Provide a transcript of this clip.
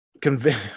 convince